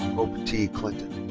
hope t. clinton.